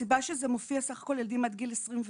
הסיבה שזה מופיע סך הכול ילדים עד גיל 21,